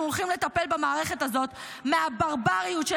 אנחנו הולכים לטפל במערכת הזאת מהברבריות של